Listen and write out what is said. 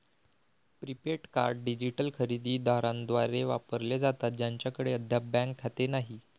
prepaid card digital खरेदी दारांद्वारे वापरले जातात ज्यांच्याकडे अद्याप बँक खाते नाही